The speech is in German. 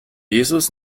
jesus